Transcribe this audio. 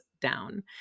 down